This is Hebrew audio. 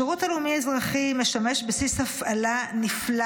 השירות הלאומי-אזרחי משמש בסיס הפעלה נפלא